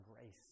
grace